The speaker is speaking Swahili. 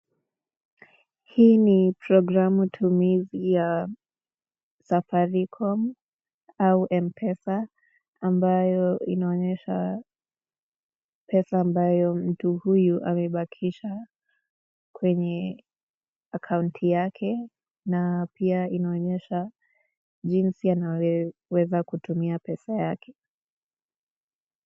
Hii ni programu tumizi ya safaricom au mpesa ambayo inaonyesha pesa ambayo mtu huyu amebakisha kwenye akaunti yake, na pia inaonyesha jinsi anavyoweza kutumiwa pesa yake.